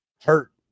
Hurt